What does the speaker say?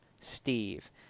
Steve